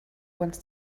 once